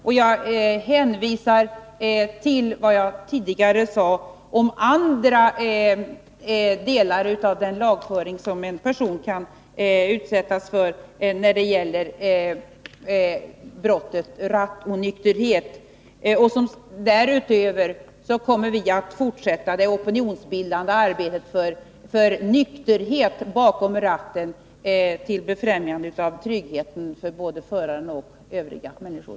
Och jag vill hänvisa till det som jag tidigare sade om andra delar av den lagföring som en person kan utsättas för när det gäller brottet rattonykterhet. Därutöver kommer vi att fortsätta det opinionsbildande arbetet för nykterhet bakom ratten, till befrämjande av tryggheten för både föraren och övriga människor.